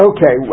Okay